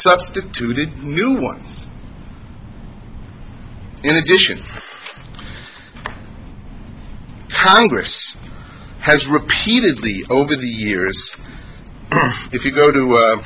substituted new ones in addition congress has repeatedly over the years if you go to